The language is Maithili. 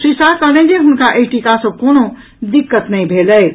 श्री शाह कहलनि जे हुनका एहि टीका सॅ कोनो दिक्कत नहि भेल अछि